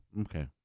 Okay